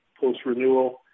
post-renewal